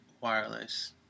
wireless